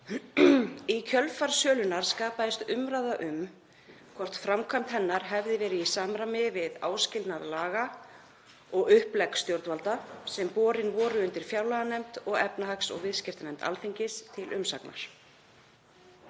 Í kjölfar sölunnar skapaðist umræða um hvort framkvæmd hennar hefði verið í samræmi við áskilnað laga og upplegg stjórnvalda sem borin voru undir fjárlaganefnd og efnahags- og viðskiptanefnd Alþingis til umsagnar.